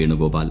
Venugopal